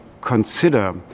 consider